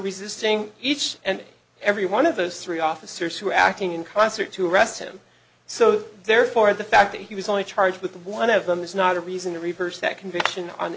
resisting each and every one of those three officers who were acting in concert to arrest him so therefore the fact that he was only charged with one of them is not a reason to reverse that conviction on